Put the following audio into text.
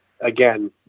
again